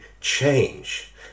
change